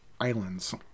islands